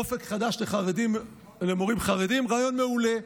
אופק חדש למורים חרדים הוא רעיון מעולה.